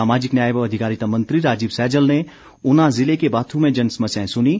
सामाजिक न्याय व अधिकारिता मंत्री राजीव सैजल ने ऊना ज़िले के बाथू में जन समस्याएं सुनीं